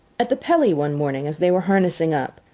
at the pelly one morning, as they were harnessing up,